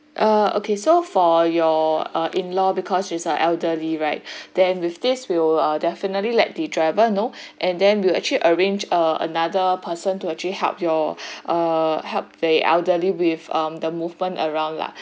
ah okay so for your uh in-law because he's a elderly right then with this we'll definitely let the driver know and then we'll actually arrange err another person to actually help your uh help the elderly with um the movement around lah